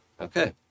okay